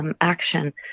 action